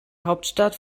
hauptstadt